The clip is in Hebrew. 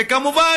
וכמובן,